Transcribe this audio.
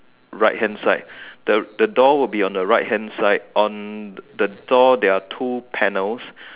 right hand side the the door will be on the right hand side on the door there are two panels